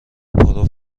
پرو